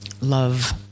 Love